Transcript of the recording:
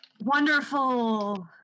Wonderful